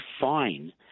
fine